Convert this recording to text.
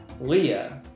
Leah